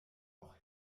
auch